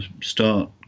start